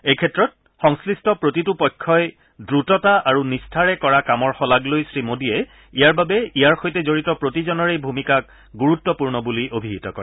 এই ক্ষেত্ৰত সংশ্লিষ্ট প্ৰতিটো পক্ষই দ্ৰুত গতিৰে আৰু নিষ্ঠাৰে কৰা কামৰ শলাগ লৈ শ্ৰীমোদীয়ে ইয়াৰ বাবে ইয়াৰ সৈতে জৰিত প্ৰতিজনৰেই ভূমিকাক গুৰুত্বপূৰ্ণ বুলি অভিহিত কৰে